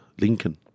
Lincoln